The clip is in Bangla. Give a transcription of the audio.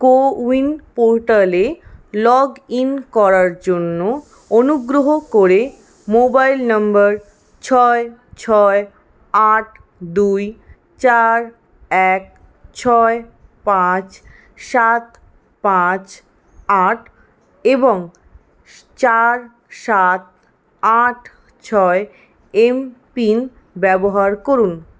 কোউইন পোর্টালে লগ ইন করার জন্য অনুগ্রহ করে মোবাইল নাম্বার ছয় ছয় আট দুই চার এক ছয় পাঁচ সাত পাঁচ আট এবং চার সাত আট ছয় এমপিন ব্যবহার করুন